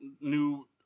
new